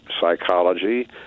psychology